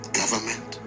government